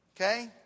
Okay